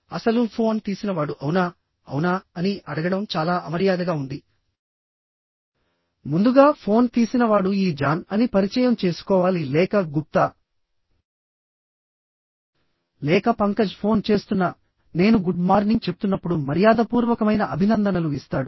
అసలు ఫోన్ తీసిన వాడు అవునాఅవునా అని అడగడం చాలా అమర్యాదగా ఉందిముందుగా ఫోన్ తీసిన వాడు ఈ జాన్ అని పరిచయం చేసుకోవాలి లేక గుప్తా లేక పంకజ్ ఫోన్ చేస్తున్ననేను గుడ్ మార్నింగ్ చెప్తున్నప్పుడు మర్యాదపూర్వకమైన అభినందనలు ఇస్తాడు